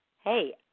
hey